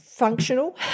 functional